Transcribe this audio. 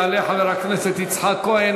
יעלה חבר הכנסת יצחק כהן,